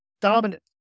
dominant